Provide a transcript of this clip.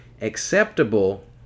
acceptable